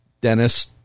Dennis